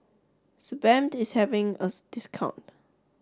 Sebamed is having a discount